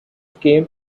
came